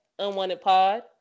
unwantedpod